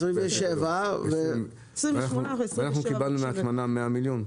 27. ואנחנו קיבלנו מההטמנה 100 מיליון?